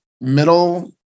middle